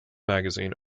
magazine